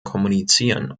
kommunizieren